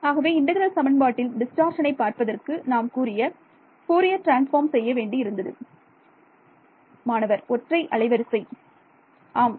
ஆகவே இன்டெக்ரல் சமன்பாட்டில் டிஸ்டார்ஷனை பார்ப்பதற்கு நாம் கூறிய ஃபோரியர் ட்ரான்ஸ்பார்ம் செய்ய வேண்டி இருந்தது மாணவர் ஒற்றை அலைவரிசை ஆம்